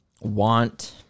want